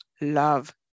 love